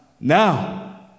Now